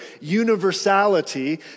universality